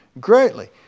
greatly